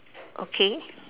okay